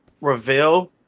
reveal